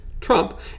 Trump